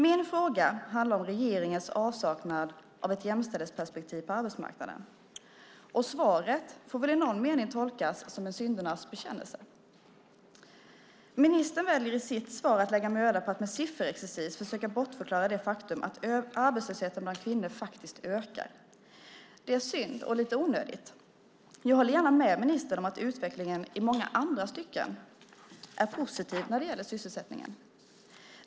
Min fråga handlar om regeringens avsaknad av ett jämställdhetsperspektiv på arbetsmarknaden. Och svaret får väl i någon mening tolkas som en syndernas bekännelse. Ministern väljer i sitt svar att lägga möda på att med sifferexercis försöka bortförklara det faktum att arbetslösheten bland kvinnor faktiskt ökar. Det är synd och lite onödigt. Jag håller gärna med ministern om att utvecklingen i många andra stycken är positiv när det gäller sysselsättningen.